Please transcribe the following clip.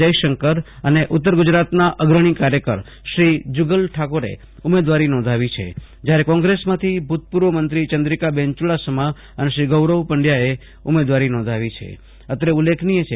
જયશંકર અને ઉત્તર ગુજરાતના અગ્રણી કાર્યકરશ્રી જુગલ ઠાકોરે ઉમેદવારી નોંધાવી છે જ્યારે કોંગ્રેસમાંથી ભૂતપૂર્વ મંત્રી ચંદ્રિકાબેન ચુડાસમા અને શ્રી ગૌરવ પંડ્યાએ ઉમેદવારી નોંધાવી છે